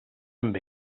amb